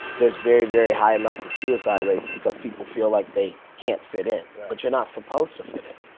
there's very, very high amounts of suicide rates because people feel like they can't fit in. but you're not supposed to fit in.